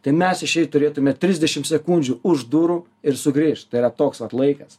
tai mes išeit turėtume trisdešimt sekundžių už durų ir sugrįžt tai yra toks vat laikas